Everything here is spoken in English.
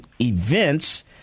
events